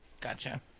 Gotcha